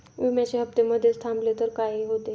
विम्याचे हफ्ते मधेच थांबवले तर काय होते?